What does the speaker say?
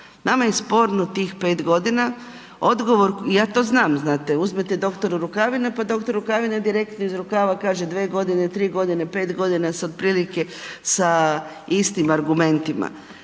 Nama je sporno tih 5 godina, odgovor, ja to znam, znate, uzmete doktoru Rukavina, pa dr. Rukavina direktno iz rukava kaže 2 godine, 3 godine, 5 godina se otprilike sa istim argumentima.